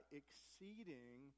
exceeding